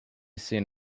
seen